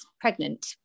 pregnant